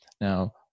Now